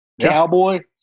Cowboy